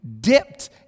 dipped